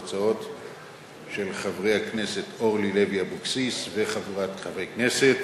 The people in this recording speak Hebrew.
של חברי הכנסת אורלי לוי אבקסיס וחבורת חברי הכנסת.